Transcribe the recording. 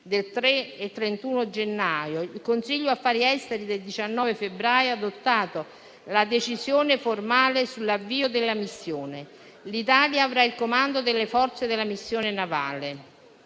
del 30-31 gennaio, il Consiglio affari esteri del 19 febbraio ha adottato la decisione formale sull'avvio della missione: l'Italia avrà il comando delle Forze della missione navale.